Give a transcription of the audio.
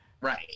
Right